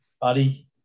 buddy